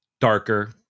darker